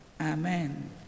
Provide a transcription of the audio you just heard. Amen